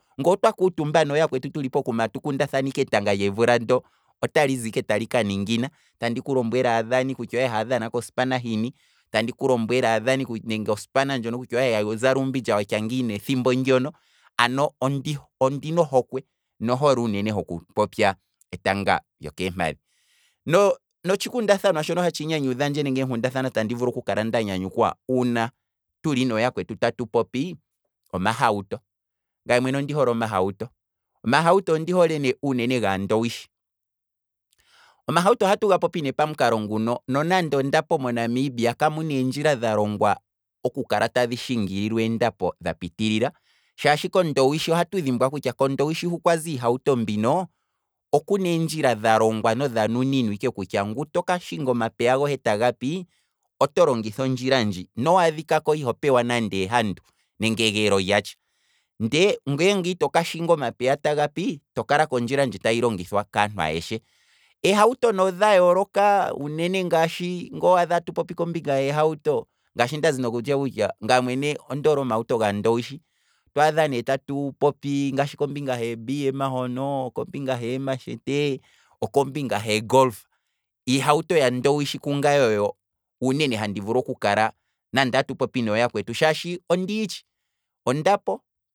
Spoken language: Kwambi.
Ngoo twa kutumba nooyakwetu tuli ike pokuma tatu kundathana ike etanga lovula ndo, otalizi ike tali kaningina, tandi ku lombwele aadhani kutya ohaa dhana kospana hini tandi kulombwele aadhani nenge ospana ndjono kutya ohali hahi zala uumbindja watya ngiini, ethimbo ndyono, ano ondi ondino hokwe nohole uunene hoku popya etanga lyokeempadhi, no- notshi kundathanwa shono hatshi nyanyudha ndje nenge eenkundathana tandi vulu okukala nda nyanyukwa uuna tuli naya kwetu tatu popi, omahauto ngaye mwene ondi hole omahauto, omahauto ondi hole ne uunene gaandowishi, omahauto ohatu ga popi nee pamukalo nguno nonde ondapo monamibia kamuna eendjila dha longwa dho kukala tamu shingililwa eendapo dha pitilila, shaashi kondowishi ohatu dhimbwa kutya, kondowishi hu kwazi iihauto mbino, okuna eendjila dha longwa nodha nuninwa ike kutya, ngu toka shinga omapeya gohe taga pi, oto longitha ondjila ndji, no waadhika ko iho pewa nande ehandu nenge egeelolya tsha, ndee ngeenge itoka shinga omapeya taga pi, tokala kondjila ndji tahi longithwa kaantu ayeshe, eehauto ne odha yooloka, uunene ngashi ngoo wadha atu popi kombinga hehauto, ngashi ndazi nokutya kutya, ngaye mwene ondoole omahauto gaandowishi, twaadha ne tatu popi, ngaashi kombinga he bm hono kombinga heemachete oko mbinga he golf, ihauto ya ndowishi kungaye oyo uunene handi vulu okukala nande atu popi nooyakwetu shaashi ondi yitshi, ondapo